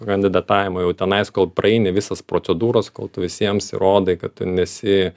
kandidatavimo jau tenais kol praeini visas procedūras kol tu visiems įrodai kad tu nesi